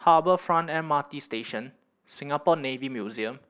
Harbour Front M R T Station Singapore Navy Museum